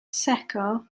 secco